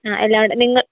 ആ എല്ലാം ഉണ്ട് നിങ്ങൾ